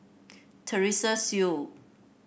Teresa Hsu